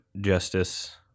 justice